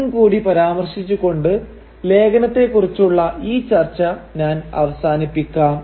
ഇതും കൂടി പരാമർശിച്ചുകൊണ്ട് ലേഖനത്തെക്കുറിച്ചുള്ള ഈ ചർച്ച ഞാൻ അവസാനിപ്പിക്കാം